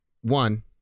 One